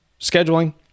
scheduling